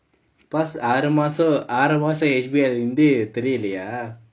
because ஆறு மாசம் ஆறு மாசம்:aaru maasam aaru maasam H_B_O leh இருந்து தெரியலையா:irunthu theriyaalaiyaa